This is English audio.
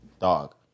Dog